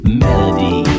melody